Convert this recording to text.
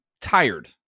tired